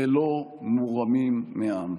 ולא מורמים מעם.